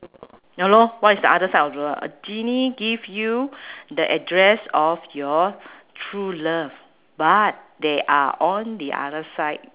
ya lor what is the other side of the world a genie give you the address of your true love but they are on the other side